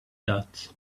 dots